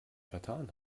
vertan